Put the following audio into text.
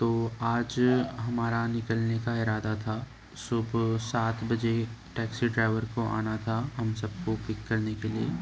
تو آج ہمارا نکلنے کا ارادہ تھا صبح سات بجے ٹیکسی ڈرائیور کو آنا تھا ہم سب کو پک کرنے کے لیے